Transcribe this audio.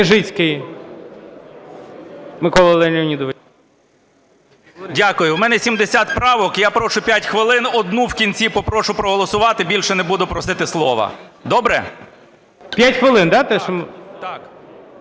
Дякую. У мене 70 правок, я прошу 5 хвилин. Одну – в кінці попрошу проголосувати, більше не буду просити слова. Добре? ГОЛОВУЮЧИЙ.